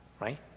right